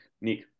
Nick